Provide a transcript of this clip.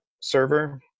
server